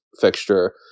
fixture